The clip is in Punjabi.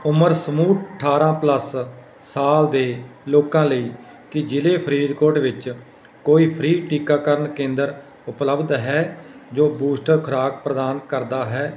ਉਮਰ ਸਮੂਹ ਅਠਾਰਾਂ ਪਲੱਸ ਸਾਲ ਦੇ ਲੋਕਾਂ ਲਈ ਕੀ ਜ਼ਿਲ੍ਹੇ ਫਰੀਦਕੋਟ ਵਿੱਚ ਕੋਈ ਫ੍ਰੀ ਟੀਕਾਕਰਨ ਕੇਂਦਰ ਉਪਲਬਧ ਹੈ ਜੋ ਬੂਸਟਰ ਖੁਰਾਕ ਪ੍ਰਦਾਨ ਕਰਦਾ ਹੈ